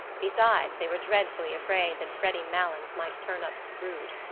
besides they were dreadfully afraid that freddy malins might turn up screwed.